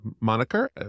moniker